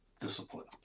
discipline